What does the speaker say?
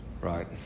right